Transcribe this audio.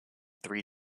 three